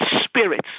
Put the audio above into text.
spirits